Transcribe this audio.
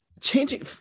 Changing